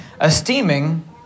esteeming